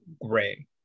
gray